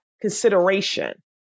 consideration